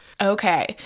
Okay